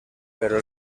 pero